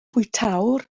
bwytäwr